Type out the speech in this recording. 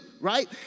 right